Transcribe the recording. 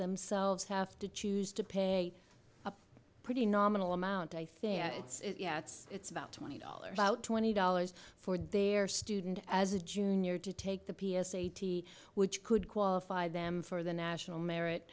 themselves have to choose to pay a pretty nominal amount i think it's yeah it's about twenty dollars about twenty dollars for their student as a junior to take the p s a t which could qualify them for the national merit